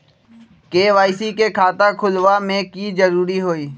KYC के खाता खुलवा में की जरूरी होई?